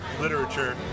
Literature